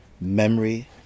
memory